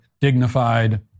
dignified